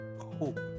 hope